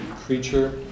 creature